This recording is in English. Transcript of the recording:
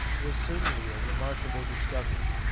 was certainly a remarkable discovery.